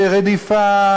"רדיפה",